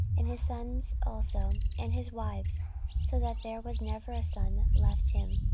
and his sons also, and his wives so that there was never a son left him,